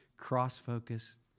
cross-focused